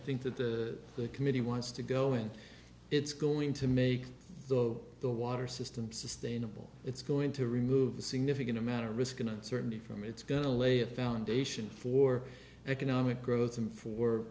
think that the committee wants to go and it's going to make though the water system sustainable it's going to remove a significant amount of risk an uncertainty from it's gonna lay a foundation for economic growth and for